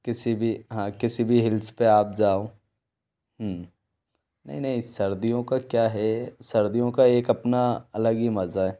किसी भी हाँ किसी भी हिल्स पर आप जाओ नहीं नहीं सर्दियों का क्या है सर्दियों का एक अपना अलग ही मज़ा है